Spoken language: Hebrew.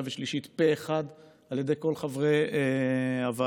ושלישית פה אחד על ידי כל חברי הוועדה.